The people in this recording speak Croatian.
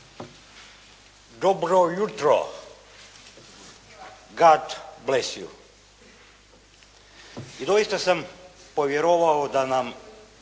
Dobro jutro, god bless you. I doista sam povjerovao da nam